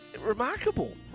remarkable